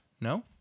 No